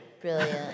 Brilliant